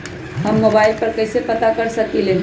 हम मोबाइल पर कईसे पता कर सकींले?